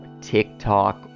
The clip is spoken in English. TikTok